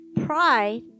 Pride